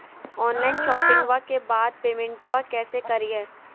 Online शोपिंग्बा के बाद पेमेंटबा कैसे करीय?